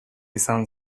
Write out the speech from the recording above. izan